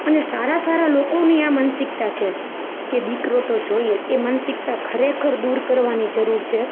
અને સારા સારા લોકોની આ માનસિકતા છે કે દીકરો તો જોઈએ જ એ માનસિકતા ખરેખર દૂર કરવાની જરૂર છે